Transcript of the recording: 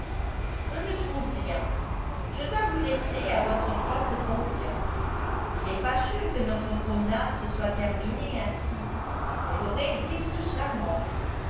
je ne trouve rien je dois vous laisser à votre propre conscience il est fâcheux que notre promenade se soit terminée ainsi elle aurait été si charmante